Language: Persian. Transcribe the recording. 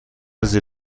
زیر